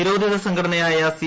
നിരോധിത സംഘടനയായ സി